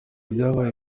byakabaye